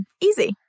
Easy